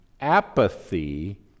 apathy